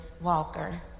Walker